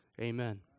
amen